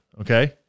okay